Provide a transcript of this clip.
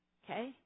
okay